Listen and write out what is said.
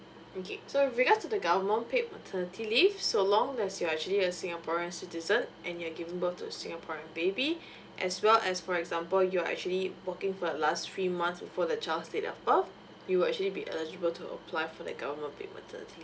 okay so with regards to the government paid maternity leave so long as you are actually a singaporean citizen and you have given birth to a singaporean baby as well as for example you are actually working for the last three months before the child's date of birth you will actually be eligible to apply for the government paid maternity leave